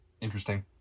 Interesting